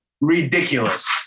ridiculous